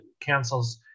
cancels